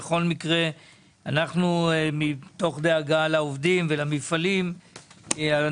בכל מקרה מתוך דאגה לעובדים ולמפעלים אנחנו